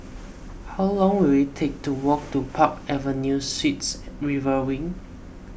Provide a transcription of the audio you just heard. how long will it take to walk to Park Avenue Suites River Wing